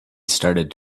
started